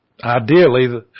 Ideally